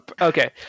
Okay